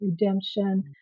Redemption